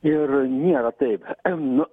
ir nėra taip nu